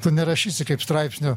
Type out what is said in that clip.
tu nerašysi kaip straipsnio